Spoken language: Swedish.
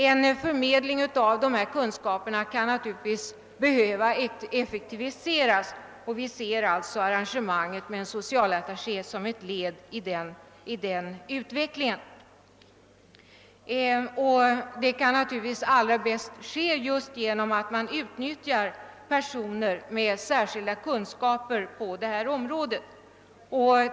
En förmedling av de här kunskaperna kan naturligtvis behöva effektiviseras och vi ser arrangemanget med en social attaché som ett led i den utvecklingen. Det kan naturligtvis allra bäst ske just genom att man utnyttjar personer med särskilda kunskaper på det här området.